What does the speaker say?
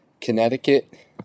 Connecticut